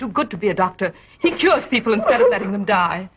too good to be a doctor he kills people instead of letting them die